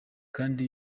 kandi